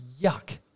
yuck